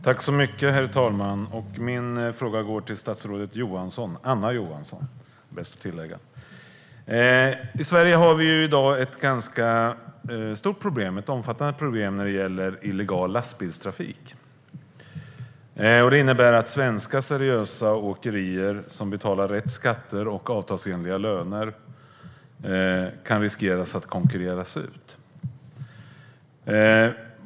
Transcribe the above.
Herr talman! Min fråga går till statsrådet Anna Johansson. I Sverige i dag finns ett omfattande problem när det gäller illegal lastbilstrafik. Det innebär att svenska seriösa åkerier som betalar rätt skatter och avtalsenliga löner kan riskeras att konkurreras ut.